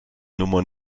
nummer